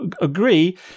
agree